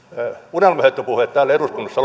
unelmahöttöpuheet täällä eduskunnassa